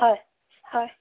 হয় হয়